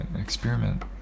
experiment